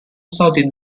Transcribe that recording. stati